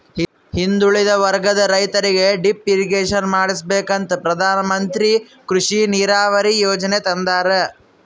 ಹಿಂದುಳಿದ ವರ್ಗದ ರೈತರಿಗೆ ಡಿಪ್ ಇರಿಗೇಷನ್ ಮಾಡಿಸ್ಕೆಂಬಕ ಪ್ರಧಾನಮಂತ್ರಿ ಕೃಷಿ ನೀರಾವರಿ ಯೀಜನೆ ತಂದಾರ